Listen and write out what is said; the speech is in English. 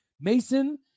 Mason